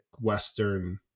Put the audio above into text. Western